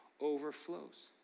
overflows